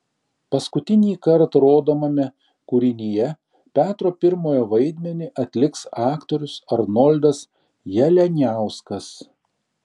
paskutinįkart rodomame kūrinyje petro pirmojo vaidmenį atliks aktorius arnoldas jalianiauskas